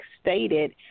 stated